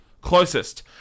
Closest